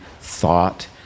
thought